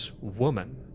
woman